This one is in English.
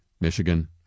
Michigan